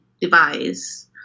device